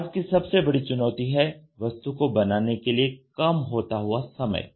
आज की सबसे बड़ी चुनौती है वस्तु को बनाने के लिए कम होता हुआ समय